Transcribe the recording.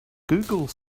google